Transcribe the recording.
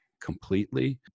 completely